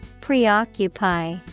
Preoccupy